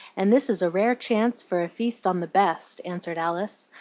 and this is a rare chance for a feast on the best, answered alice,